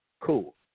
Cool